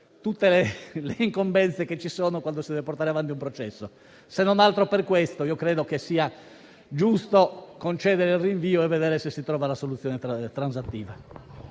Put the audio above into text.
tutte le incombenze che ci sono quando si deve portare avanti un processo. Se non altro per questo credo sia giusto concedere il rinvio per vedere se si trova una soluzione transattiva.